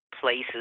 places